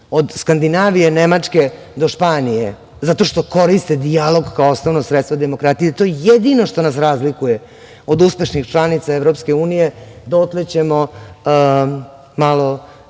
od Skandinavije, Nemačke do Španije, zato što koriste dijalog kao osnovno sredstvo demokratije i to je jedino što nas razlikuje od uspešnih članica EU, dotle ćemo malo